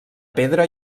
pedra